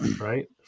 right